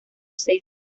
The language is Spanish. seis